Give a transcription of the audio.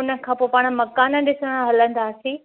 हुन खां पोइ पाणि मकानु ॾिसण हलंदासीं